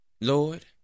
Lord